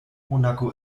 monaco